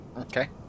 Okay